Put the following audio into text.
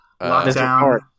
Lockdown